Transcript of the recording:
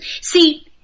See